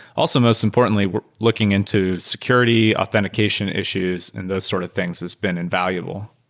also most importantly looking into security authentication issues and those sort of things has been invaluable.